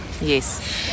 Yes